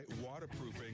Waterproofing